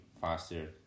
faster